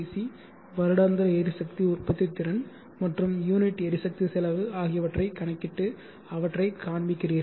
C வருடாந்திர எரிசக்தி உற்பத்தி திறன் மற்றும் யூனிட் எரிசக்தி செலவு ஆகியவற்றைக் கணக்கிட்டு அவற்றைக் காண்பிக்கிறீர்கள்